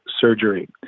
surgery